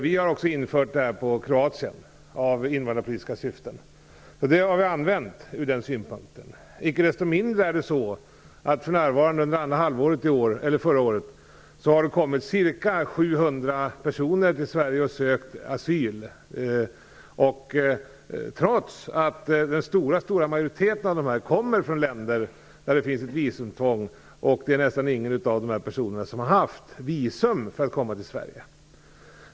Vi har infört visumtvång också beträffande Vi har alltså infört detta. Icke desto mindre är av de ca 700 asylsökande som kommit till Sverige under andra halvåret 1995 den stora majoriteten från länder för vilka visumtvång gäller. Nästan ingen av dessa personer har haft visum för att komma till Sverige.